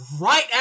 right